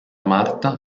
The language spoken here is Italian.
marta